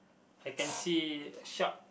I can see shark